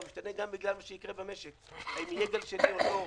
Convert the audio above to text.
הוא משתנה גם בגלל מה שיקרה במשק: האם יהיה גל שני או לא?